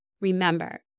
Remember